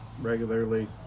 regularly